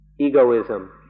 egoism